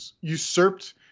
usurped